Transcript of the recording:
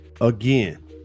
Again